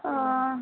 ও